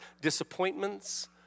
disappointments